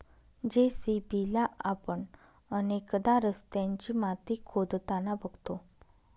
JCB ला आपण अनेकदा रस्त्याची माती खोदताना बघतो